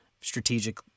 strategic